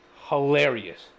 hilarious